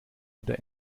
wieder